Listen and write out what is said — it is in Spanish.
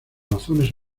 razones